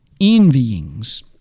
envyings